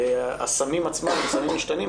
והסמים עצמם הם סמים משתנים,